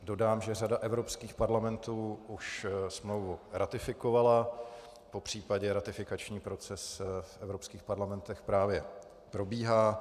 Dodám, že řada evropských parlamentů už smlouvu ratifikovala, popřípadě ratifikační proces v evropských parlamentech právě probíhá.